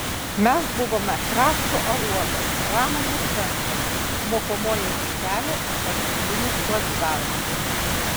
mes buvome krašto aruodas pramonės centras mokomoji aikštelė ir pagrindinis placdarmas